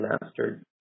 mastered